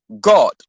god